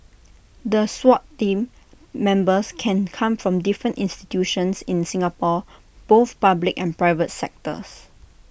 the Swat Team Members can come from different institutions in Singapore both public and private sectors